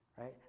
right